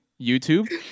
YouTube